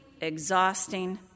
exhausting